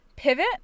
Pivot